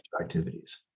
activities